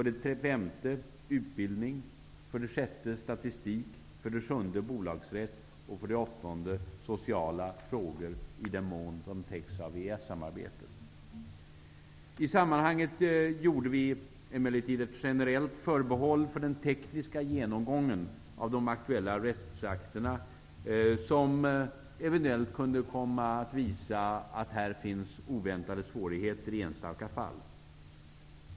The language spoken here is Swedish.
Det gäller: I sammanhanget gjorde vi emellertid ett generellt förbehåll för den tekniska genomgången av de aktuella rättsakterna, som eventuellt kunde komma att visa att det i enstaka fall finns oväntade svårigheter.